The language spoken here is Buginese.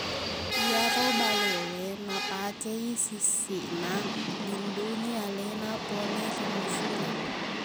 Iyaro balewe napakei sissiqna lindungi alena pole ri musuna